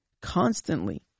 constantly